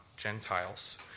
Gentiles